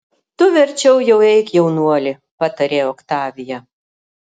tu verčiau jau eik jaunuoli patarė oktavija